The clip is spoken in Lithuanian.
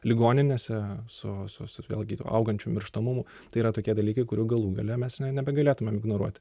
ligoninėse su su su vėlgi augančiu mirštamumu tai yra tokie dalykai kurių galų gale mes nebegalėtumėm ignoruoti